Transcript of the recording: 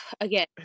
again